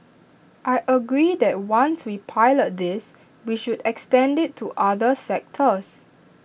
I agree that once we pilot this we should extend IT to other sectors